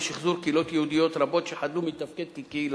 לשחזור קהילות יהודיות רבות שחדלו מִתַּפְקֵד כקהילה.